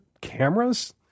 cameras